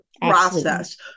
process